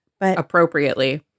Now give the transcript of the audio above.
appropriately